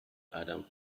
adam